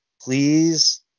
please